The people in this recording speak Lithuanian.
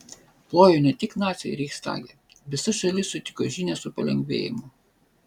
plojo ne tik naciai reichstage visa šalis sutiko žinią su palengvėjimu